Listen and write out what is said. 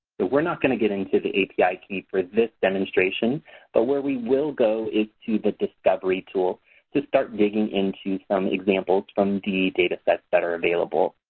we're not going to get into the api key for this demonstration but where we will go is to the discovery tool to start digging into some examples from the data sets that are available.